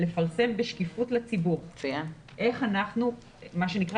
לפרסם בשקיפות לציבור איך אנחנו במה שנקרא